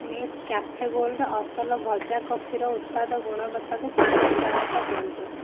Nescafe gold ଅସଲ ଭଜା କଫିର ଉତ୍ପାଦ ଗୁଣବତ୍ତାକୁ ପାଞ୍ଚ ତାରକା ଦିଅନ୍ତୁ